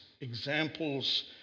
examples